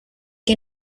que